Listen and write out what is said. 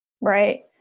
Right